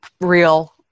real